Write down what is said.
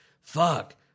fuck